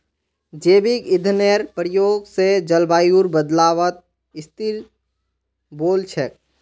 जैविक ईंधनेर प्रयोग स जलवायुर बदलावत स्थिल वोल छेक